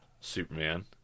Superman